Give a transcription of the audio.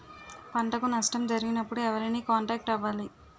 పంటకు నష్టం జరిగినప్పుడు ఎవరిని కాంటాక్ట్ అవ్వాలి?